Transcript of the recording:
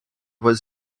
was